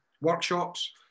workshops